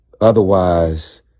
Otherwise